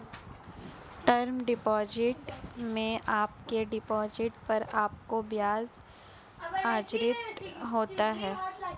term deposit में आपके deposit पर आपको ब्याज़ अर्जित होता है